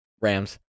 Rams